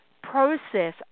process